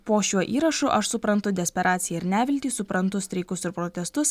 po šiuo įrašu aš suprantu desperaciją ir neviltį suprantu streikus ir protestus